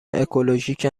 اکولوژیک